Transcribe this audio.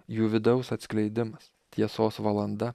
jų vidaus atskleidimas tiesos valanda